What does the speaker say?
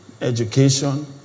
education